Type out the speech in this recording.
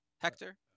Hector